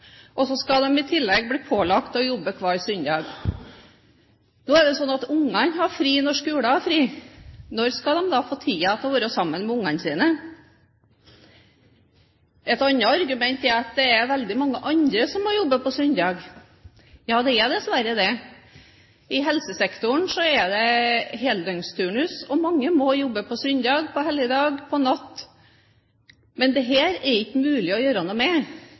og så skal de i tillegg bli pålagt å jobbe annenhver søndag. Nå er det slik at ungene har fri når skolen har fri. Når skal man da få tid til å være sammen med ungene sine? Et annet argument er at det er veldig mange andre som må jobbe på søndag. Ja, det er dessverre det. I helsesektoren er det heldøgnsturnus, og mange må jobbe på søndager, på helligdager og på natten. Dette er det ikke mulig å gjøre noe med.